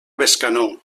bescanó